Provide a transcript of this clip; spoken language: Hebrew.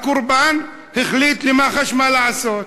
הקורבן החליט בשביל מח"ש מה לעשות.